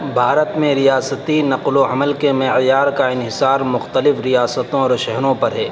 بھارت میں ریاستی نقل و حمل کے معیار کا انحصار مختلف ریاستوں اور شہروں پر ہے